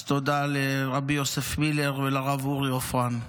אז תודה לרבי יוסף מילר ולרב אורי עופרן.